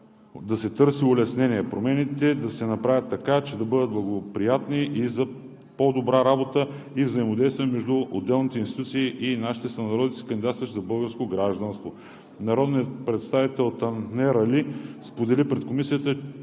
да се търси улеснение. Промените да се направят така, че да бъдат благоприятни за по-добрата работа и взаимодействие между отделните институции и нашите сънародници, кандидатстващи за българско гражданство. Народният представител Танер Али сподели пред Комисията